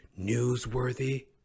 newsworthy